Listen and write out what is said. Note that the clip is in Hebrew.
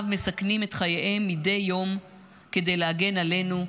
מסכנים את חייהם מדי יום כדי להגן עלינו,